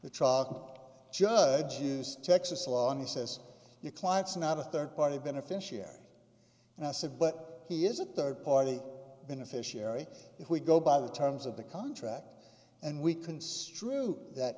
truck judge use texas law he says your clients not a third party beneficiary and i said but he is a third party beneficiary if we go by the terms of the contract and we construe that